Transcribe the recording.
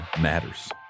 matters